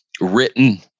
written